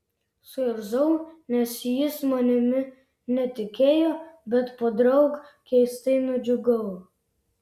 suirzau nes jis manimi netikėjo bet podraug keistai nudžiugau